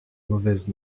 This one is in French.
mauvaises